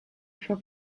for